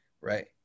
right